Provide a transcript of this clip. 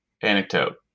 anecdote